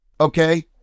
okay